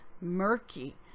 murky